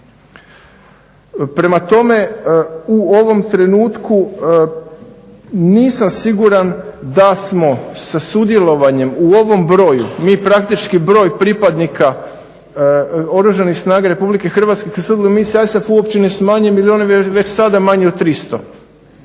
Prema tome, u ovom trenutku nisam siguran da smo sa sudjelovanjem u ovom broju, mi praktički broj pripadnika Oružanih snaga RH u misiji ISAF uopće ne smanjujemo jer je ona već sada manja od 300,